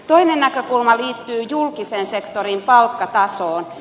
toinen näkökulma liittyy julkisen sektorin palkkatasoon